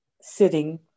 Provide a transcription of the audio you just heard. sitting